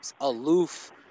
aloof